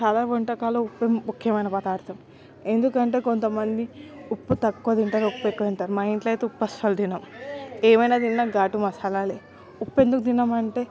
చాలా వంటకాల్లో ఉప్పే ముఖ్యమయిన పదార్థం ఎందుకంటే కొంతమంది ఉప్పు తక్కువ దింటరు ఉప్పెక్కువ దింటరు మా ఇంట్లో అయితే ఉప్పస్సల తినం ఏమయిన తిన్నా ఘాటు మసాలాలే ఉప్పెందుకు దినమంటే